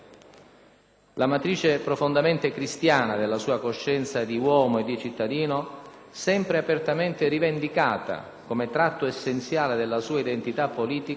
La matrice profondamente cristiana della sua coscienza di uomo e di cittadino, sempre apertamente rivendicata come tratto essenziale della sua identità politica,